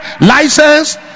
license